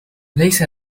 ليس